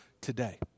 today